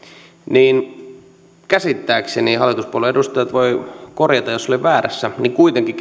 niin käsittääkseni hallituspuolueiden edustajat voivat korjata jos olen väärässä kuitenkin